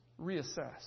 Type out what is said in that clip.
reassess